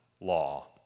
law